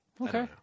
Okay